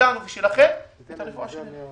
שלנו ושלכם את הרפואה שלהם.